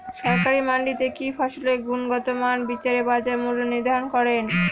সরকারি মান্ডিতে কি ফসলের গুনগতমান বিচারে বাজার মূল্য নির্ধারণ করেন?